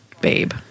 babe